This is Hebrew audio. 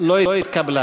להצביע